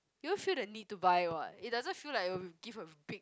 you won't feel the need to buy what it doesn't feel like will give a big